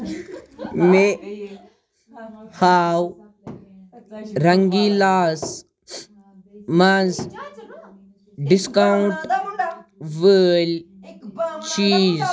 مےٚ ہاو رنٛگِلاس منٛز ڈِسکاونٹ وٲلۍ چیٖز